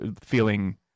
feeling